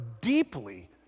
deeply